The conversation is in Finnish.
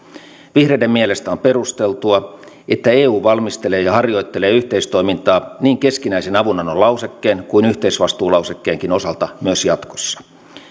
vihreiden mielestä on perusteltua että eu valmistelee ja harjoittelee yhteistoimintaa niin keskinäisen avunannon lausekkeen kuin yhteisvastuulausekkeenkin osalta myös jatkossa